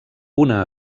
una